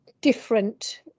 different